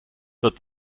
wird